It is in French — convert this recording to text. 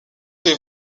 des